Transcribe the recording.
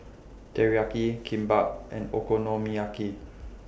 Teriyaki Kimbap and Okonomiyaki